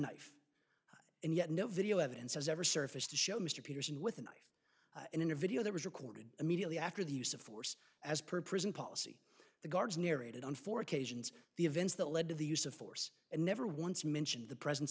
knife and yet no video evidence has ever surface to show mr peterson with a knife in a video that was recorded immediately after the use of force as per prison policy the guards narrated on four occasions the events that led to the use of force and never once mentioned the presence